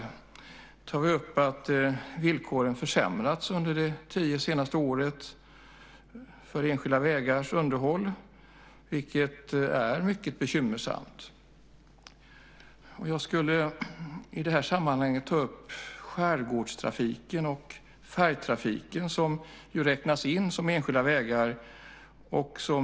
Där tar vi upp att villkoren för enskilda vägars underhåll har försämrats under de senaste tio åren, vilket är mycket bekymmersamt. I det här sammanhanget vill jag ta upp skärgårdstrafiken och färjetrafiken som ju ingår som enskilda vägar.